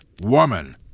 woman